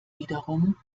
wiederum